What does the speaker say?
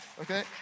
Okay